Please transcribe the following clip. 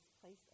place